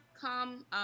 come